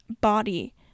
body